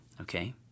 Okay